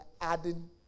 adding